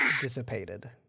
dissipated